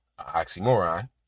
oxymoron